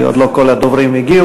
כי עוד לא כל הדוברים הגיעו.